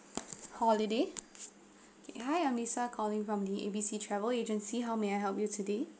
holiday okay hi I'm lisa calling from the A B C travel agency how may I help you today